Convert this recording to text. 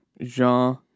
Jean